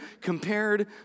compared